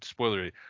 spoilery